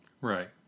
Right